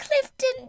Clifton